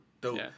dope